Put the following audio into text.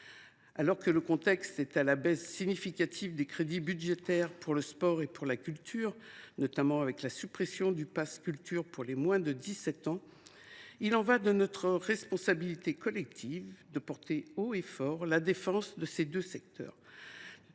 Alors que le contexte est à la baisse significative des crédits budgétaires pour le sport et pour la culture, avec la suppression du pass Culture pour les moins de 17 ans, il est de notre responsabilité collective de porter haut et fort la défense de ces secteurs.